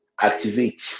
activate